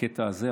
בקטע הזה,